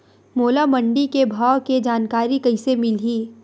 मोला मंडी के भाव के जानकारी कइसे मिलही?